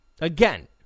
again